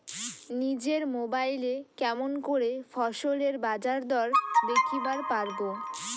নিজের মোবাইলে কেমন করে ফসলের বাজারদর দেখিবার পারবো?